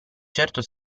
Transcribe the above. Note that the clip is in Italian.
certo